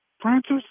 Francis